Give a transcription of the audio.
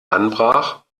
anbrach